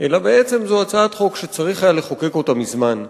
אלא בעצם זו הצעת חוק שצריך היה לחוקק אותה מזמן.